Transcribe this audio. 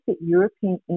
European